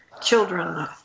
children